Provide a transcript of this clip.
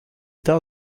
tard